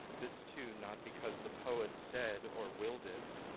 this to not because the poet's said or willed it,